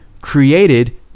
created